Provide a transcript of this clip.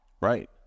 Right